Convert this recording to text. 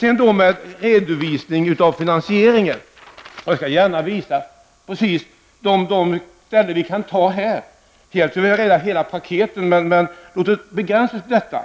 Sedan till redovisningen av finansieringen. Jag skall här gärna redovisa vissa saker. Vi kunde gärna ta hela paketet, men låt oss begränsa oss litet.